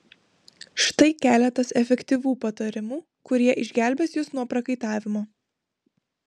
štai keletas efektyvių patarimų kurie išgelbės jus nuo prakaitavimo